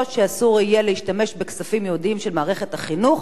שאסור יהיה להשתמש בכספים ייעודיים של מערכת החינוך